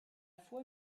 foi